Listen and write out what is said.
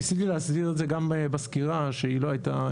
ניסיתי להסביר את זה גם בסקירה שהיא לא הייתה